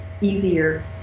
easier